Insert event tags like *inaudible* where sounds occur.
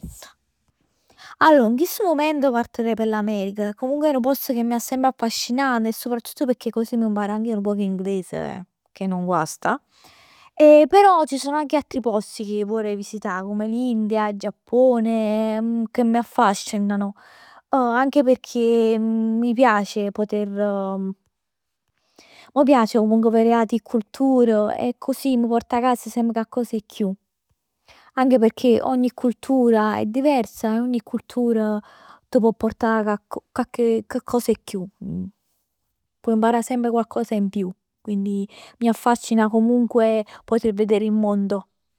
Allor in chist mument partirei p' l'America, comunque è nu post che mi ha semp affascinat e soprattutt m' impar anche io nu poc 'e inglese che non guasta e però ci sono anche altri posti che vorrei visità, come l'India, il Giappone, *hesitation* che mi affascinano. Anche pecchè m' piace *hesitation* poter, *hesitation* m' piace comunque verè ati cultur e accussì m' port 'a cas semp coccos 'e chiù. Anche pecchè ogni cultura è diversa e ogni cultur t' pò purtà cocche, cocche, coccos 'e chiù. T' può imparà semp coccos 'e chiù. Quindi mi affascina comunque poter vedere il mondo.